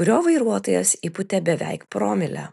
kurio vairuotojas įpūtė beveik promilę